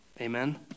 amen